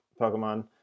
Pokemon